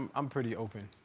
i'm pretty open.